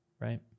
right